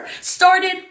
started